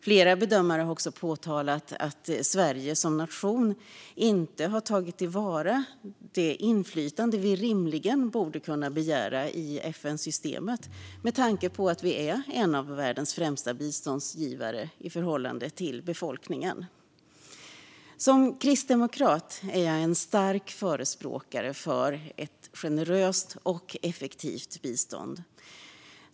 Flera bedömare har också påtalat att Sverige som nation inte har tagit till vara det inflytande vi rimligen borde kunna begära i FN-systemet med tanke på att vi är en av världens främsta biståndsgivare i förhållande till befolkningsstorlek. Som kristdemokrat är jag en stark förespråkare för ett generöst och effektivt bistånd.